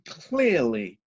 clearly